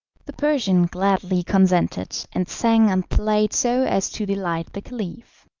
the persian gladly consented, and sang and played so as to delight the caliph.